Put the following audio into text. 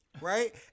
Right